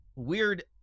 weird